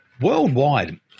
worldwide